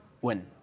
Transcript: win